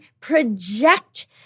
project